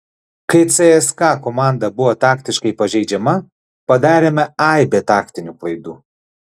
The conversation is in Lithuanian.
kai cska komanda buvo taktiškai pažeidžiama padarėme aibę taktinių klaidų